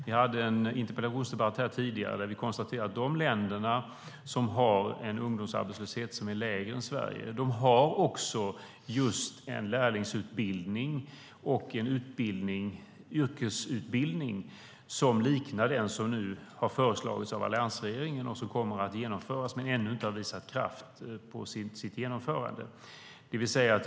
Vi hade en interpellationsdebatt tidigare där vi konstaterade att de länder som har en ungdomsarbetslöshet som är lägre än Sveriges har en lärlingsutbildning och en yrkesutbildning som liknar den som nu har föreslagits av alliansregeringen. Den kommer att genomföras men har ännu inte har visat kraft i sitt genomförande.